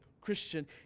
Christian